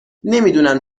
نمیدونم